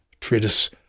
treatise